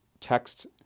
texts